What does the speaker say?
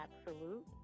absolute